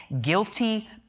Guilty